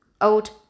old